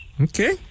Okay